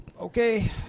Okay